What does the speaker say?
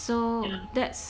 yeah